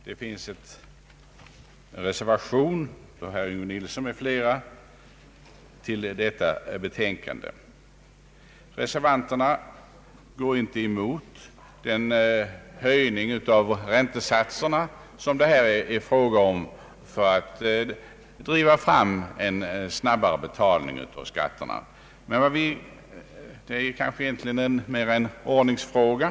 Herr talman! Till detta betänkande är fogad en reservation av herr Yngve Nilsson m.fl. Reservanterna går inte emot den höjning av räntesatserna det här är fråga om med det uttalade syftet att driva fram en snabbare betalning av skatten; det gäller egentligen mera en ordningsfråga.